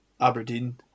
Aberdeen